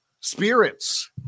Spirits